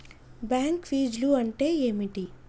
Bank ఫీజ్లు అంటే ఏమిటి?